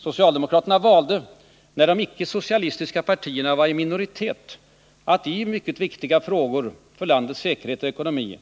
Socialdemokraterna valde, när de icke-socialistiska partierna var i minoritet, att i mycket viktiga frågor för landets säkerhet och ekonomi